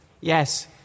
Yes